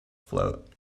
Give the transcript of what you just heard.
float